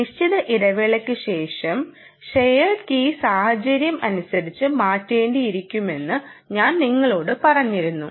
ഒരു നിശ്ചിത ഇടവേളയ്ക്ക് ശേഷം ശെയേഡ് കീ സാഹചര്യം അനുസരിച്ച് മാറ്റേണ്ടിരിക്കുമെന്ന് ഞാൻ നിങ്ങളോട് പറഞ്ഞിരുന്നു